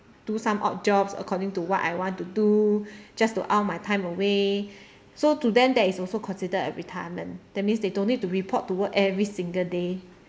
do some odd jobs according to what I want to do just to while my time away so to them that is also considered a retirement that means they don't need to report to work every single day